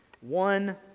one